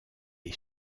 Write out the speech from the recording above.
est